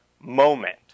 moment